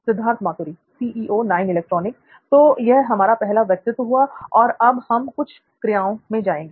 सिद्धार्थ मातुरी तो यह हमारा पहला व्यक्तित्व हुआ और अब हम कुछ क्रियाओं में जाएंगे